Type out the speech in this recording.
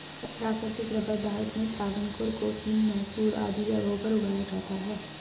प्राकृतिक रबर भारत में त्रावणकोर, कोचीन, मैसूर आदि जगहों पर उगाया जाता है